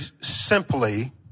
simply